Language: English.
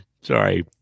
Sorry